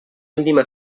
última